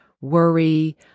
worry